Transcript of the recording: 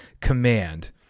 command